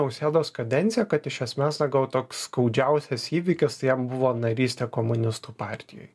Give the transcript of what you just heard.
nausėdos kadenciją kad iš esmės gal toks skaudžiausias įvykis tai jam buvo narystė komunistų partijoj